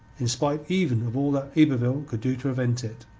in spite even of all that yberville could do to prevent it.